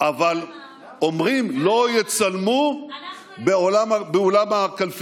אבל פתאום החליטו שיש רק מקום אחד,